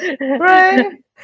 Right